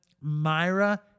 Myra